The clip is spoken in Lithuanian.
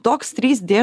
toks trys dė